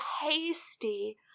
hasty